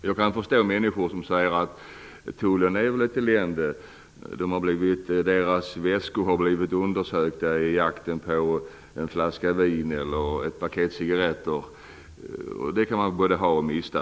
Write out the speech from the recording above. Jag kan förstå människor som säger att tullen är ett elände när deras väskor har blivit undersökta i jakten på en flaska vin eller ett paket cigaretter. Det kan man både ha och mista.